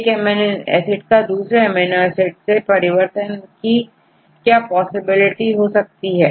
एक amino acid का दूसरे एमिनो एसिड से परिवर्तन कि क्या पॉसिबिलिटी हो सकती है